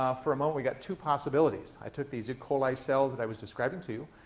ah for a moment, we've got two possibilities. i took these e. coli cells that i was describing to you,